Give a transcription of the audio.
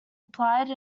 applied